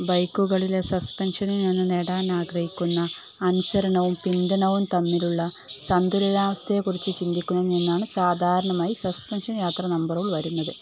ബൈക്കുകളിലെ സസ്പെൻഷനിൽ നിന്ന് നേടാൻ ആഗ്രഹിക്കുന്ന അനുസരണവും പിന്തുണയും തമ്മിലുള്ള സന്തുലിതാവസ്ഥയെക്കുറിച്ച് ചിന്തിക്കുന്നതില് നിന്നാണ് സാധാരണമായി സസ്പെൻഷൻ യാത്ര നമ്പറുകൾ വരുന്നത്